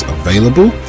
available